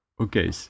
okay